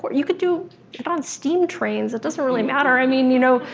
but you can do it on steam trains, it doesn't really matter. i mean, you know,